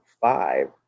five